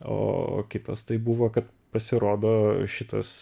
o kitas tai buvo kad pasirodo šitas